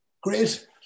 great